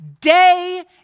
day